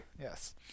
Yes